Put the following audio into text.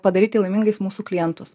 padaryti laimingais mūsų klientus